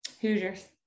Hoosiers